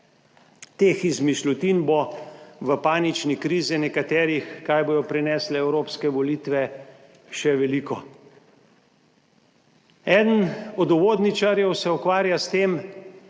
Teh izmišljotin bo v panični krizi nekaterih, kaj bodo prinesle evropske volitve, še veliko. Eden od uvodničarjev se ukvarja s tem,